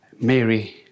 Mary